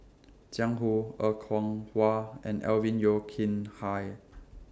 Jiang Hu Er Kwong Wah and Alvin Yeo Khirn Hai